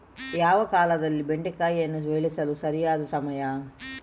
ಯಾವ ಕಾಲದಲ್ಲಿ ಬೆಂಡೆಕಾಯಿಯನ್ನು ಬೆಳೆಸಲು ಸರಿಯಾದ ಸಮಯ?